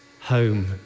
home